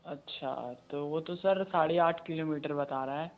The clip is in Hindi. अच्छा तो वो तो सर साढ़े आठ किलोमीटर बता रहा है